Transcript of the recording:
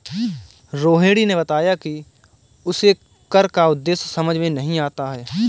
रोहिणी ने बताया कि उसे कर का उद्देश्य समझ में नहीं आता है